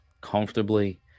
comfortably